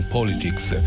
Politics